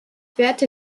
werte